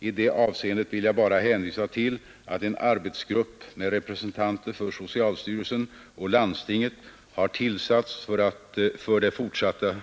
I det avseendet vill jag bara hänvisa till att en arbetsgrupp med representanter för socialstyrelsen och landstinget har tillsatts för det fortsatta